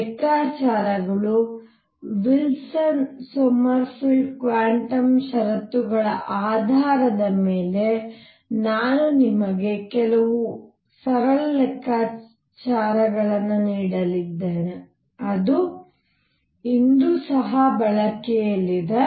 ಲೆಕ್ಕಾಚಾರಗಳು Wilson Sommerfeld quantum ಷರತ್ತುಗಳ ಆಧಾರದ ಮೇಲೆ ನಾನು ನಿಮಗೆ ಕೆಲವು ಸರಳ ಲೆಕ್ಕಾಚಾರಗಳನ್ನು ನೀಡಲಿದ್ದೇನೆ ಅದು ಇಂದು ಸಹ ಬಳಕೆಯಲ್ಲಿದೆ